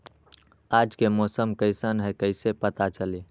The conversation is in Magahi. आज के मौसम कईसन हैं कईसे पता चली?